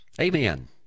Amen